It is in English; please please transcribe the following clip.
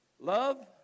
love